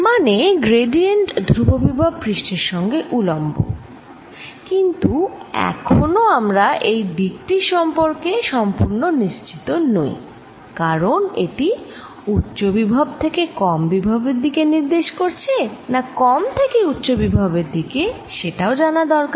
মানে গ্র্যাডিয়েন্ট ধ্রুববিভব পৃষ্ঠের সঙ্গে উলম্ব কিন্তু এখনও আমরা এই দিক টির বিষয়ে সম্পূর্ণ নিশ্চিত নই কারণ এটি উচ্চ বিভব থেকে কম বিভবের দিকে নির্দেশ করছে না কম থেকে উচ্চ বিভবের দিকে সেটা জানা দরকার